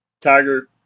Tiger